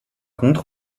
contre